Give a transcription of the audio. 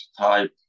type